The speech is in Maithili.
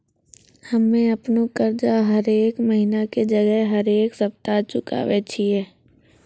हम्मे अपनो कर्जा हरेक महिना के जगह हरेक सप्ताह चुकाबै छियै